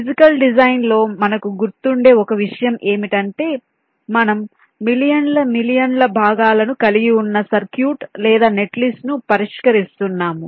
physical design లో మనకు గుర్తుండే ఒక విషయం ఏమిటంటే మనము మిలియన్ల మిలియన్ల భాగాలను కలిగి ఉన్న సర్క్యూట్ లేదా నెట్లిస్ట్ను పరిష్కరిస్తున్నాము